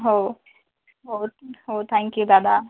हो हो हो थॅंक्यू दादा